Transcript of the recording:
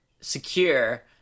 secure